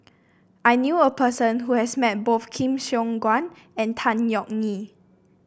I knew a person who has met both Siong Guan and Tan Yeok Nee